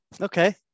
Okay